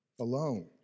alone